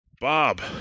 Bob